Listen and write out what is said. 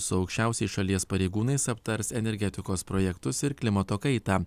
su aukščiausiais šalies pareigūnais aptars energetikos projektus ir klimato kaitą